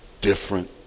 different